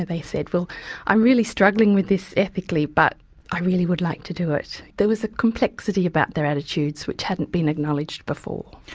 they said, well i'm really struggling with this ethically, but i really would like to do it. there was a complexity about their attitudes which hadn't been acknowledged before.